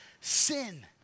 Sin